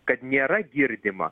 kad nėra girdima